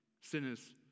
sinners